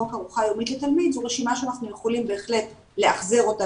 חוק ארוחה יומית לתלמיד זו רשימה שאנחנו יכולים בהחלט להחזיר אותה